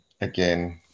Again